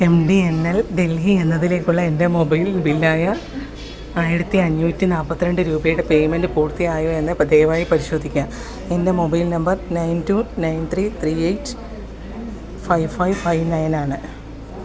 M T N L Delhi എന്നതിലേക്കുള്ള എൻ്റെ mobile ബില്ലായ ആയിരത്തി അഞ്ഞൂറ്റി നാൽപ്പത്തി രണ്ട് രൂപയുടെ പേയ്മെൻ്റ് പൂർത്തിയായോ എന്ന് ദയവായി പരിശോധിക്കുക എൻ്റെ mobile number nine two nine three three eight five five five nine ആണ്